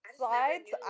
slides